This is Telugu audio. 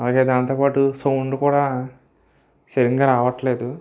అలాగే దాంతోపాటు సౌండ్ కూడా సరిగ్గా రావట్లేదు